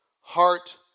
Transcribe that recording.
Heart